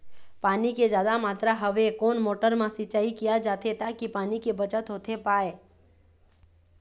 पानी के जादा मात्रा हवे कोन मोटर मा सिचाई किया जाथे ताकि पानी के बचत होथे पाए?